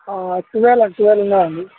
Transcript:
twelve twelve ఉన్నాయండి